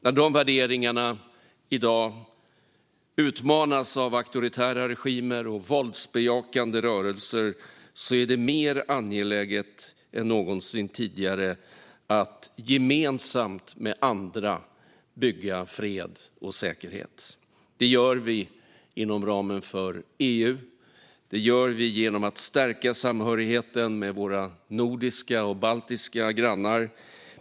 När de värderingarna i dag utmanas av auktoritära regimer och våldsbejakande rörelser är det mer angeläget än någonsin tidigare att gemensamt med andra bygga fred och säkerhet. Det gör vi inom ramen för EU. Det gör vi genom att stärka samhörigheten med våra nordiska och baltiska grannar.